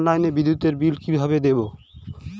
অনলাইনে বিদ্যুতের বিল কিভাবে দেব?